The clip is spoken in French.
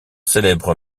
célèbre